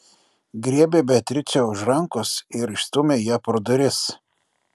griebė beatričę už rankos ir išstūmė ją pro duris